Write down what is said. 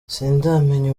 sindamenya